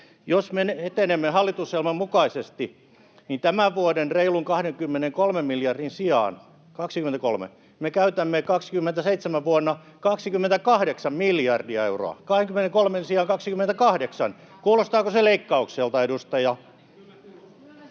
jos me etenemme hallitusohjelman mukaisesti, niin tämän vuoden reilun 23 miljardin sijaan — 23 — vuonna 27 me käytämme 28 miljardia euroa. 23:n sijaan 28 — kuulostaako se leikkaukselta, edustaja?